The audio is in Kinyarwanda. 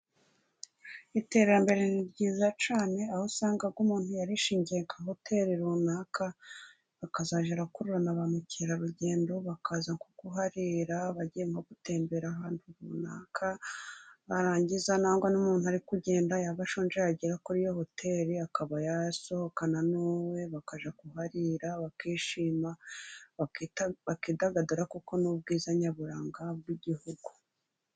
Iterambere ni ryiza cyane, aho usanga umuntu yarishingiye nka hoteri runaka, bakazajya bakurura na ba mukerarugendo bakaza kuharira, bagenda gutembera ahantu runaka, warangiza n'umuntu ariko ugenda ashonje agera kuri iyo hoteri akaba yasohokana nuwe bakajya kuharira, bakishima bakidagadura kuko n'ubwiza nyaburanga bw'igihugu.